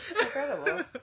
Incredible